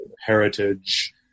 heritage